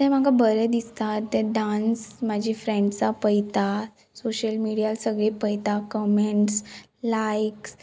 तें म्हाका बरें दिसता तें डांस म्हाजी फ्रेंड्सां पयता सोशल मिडिया सगळीं पयता कमेंट्स लायक्स